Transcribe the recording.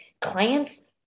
clients